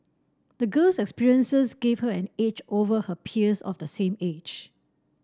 the girl's experiences gave her an edge over her peers of the same age